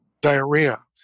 diarrhea